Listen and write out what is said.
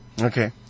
Okay